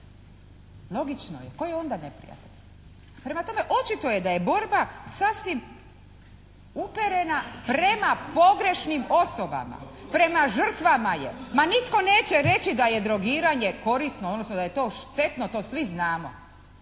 logično je tko je onda neprijatelj. Prema tome, očito je da je borba sasvim uperena prema pogrešnim osobama, prema žrtvama je. Ma nitko neće reći da je drogiranje korisno, odnosno da je to štetno, to svi znamo.